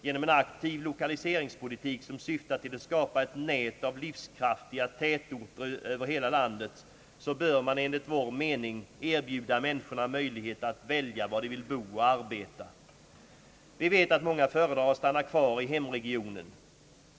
Genom en aktiv lokaliseringspolitik, som syftar till att skapa ett nät av livskraftiga tätorter över hela landet, bör man enligt vår mening erbjuda människorna möjlighet att välja var de vill bo och arbeta. Vi vet att många föredrar att stanna kvar i hemregionen.